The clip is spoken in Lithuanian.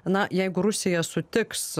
na jeigu rusija sutiks